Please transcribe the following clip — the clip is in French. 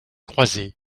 croises